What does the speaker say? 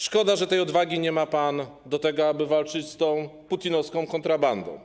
Szkoda, że tej odwagi nie ma pan do tego, aby walczyć z tą putinowską kontrabandą.